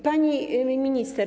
Pani Minister!